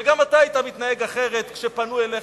שגם אתה היית מתנהג אחרת כשפנו אליך,